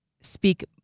speak